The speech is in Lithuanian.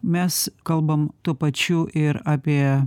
mes kalbam tuo pačiu ir apie